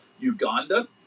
Uganda